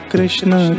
Krishna